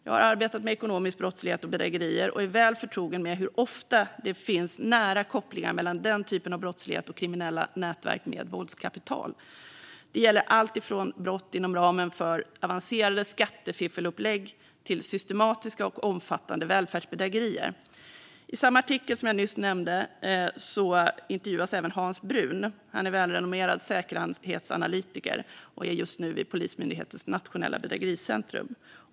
Jag har arbetat med ekonomisk brottslighet och bedrägerier och är väl förtrogen med hur ofta det finns nära kopplingar mellan den typen av brottslighet och kriminella nätverk med våldskapital. Det gäller alltifrån brott inom ramen för avancerade skattefiffelupplägg till systematiska och omfattande välfärdsbedrägerier. I samma artikel som jag nyss nämnde intervjuades även Hans Brun. Han är en välrenommerad säkerhetsanalytiker, just nu vid Polismyndighetens nationella bedrägericentrum.